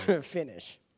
Finish